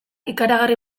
ikaragarri